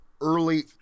early